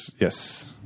yes